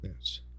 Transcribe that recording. Yes